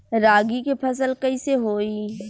रागी के फसल कईसे होई?